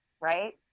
right